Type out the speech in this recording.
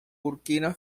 burkina